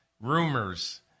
rumors